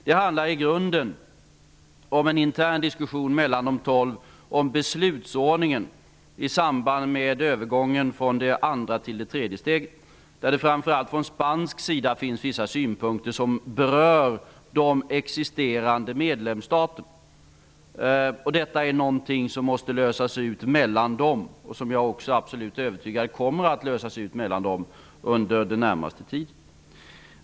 Det handlar i grunden om en intern diskussion mellan de tolv länderna om beslutsordningen i samband med övergången från det andra till det tredje steget, där det framför allt från spansk sida finns vissa synpunkter som berör de existerande medlemsstaterna. Detta är något som måste lösas ut mellan dem. Jag är också absolut övertygad om att det kommer att lösas ut mellan dem under den närmaste tiden.